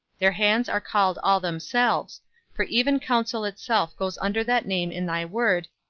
their hands are called all themselves for even counsel itself goes under that name in thy word,